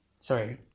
Sorry